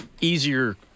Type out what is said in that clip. easier